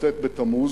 בכ"ט בתמוז,